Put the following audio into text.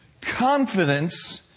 Confidence